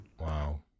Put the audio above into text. Wow